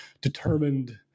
determined